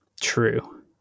True